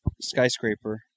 Skyscraper